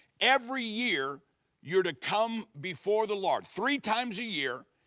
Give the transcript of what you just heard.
every year you're to come before the lord. three times a year,